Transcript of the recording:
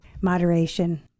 Moderation